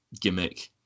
gimmick